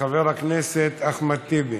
חבר הכנסת אחמד טיבי,